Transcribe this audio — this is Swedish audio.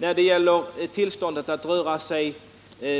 När det gäller frågan huruvida de sovjetiska fartygen får röra sig